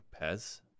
Pez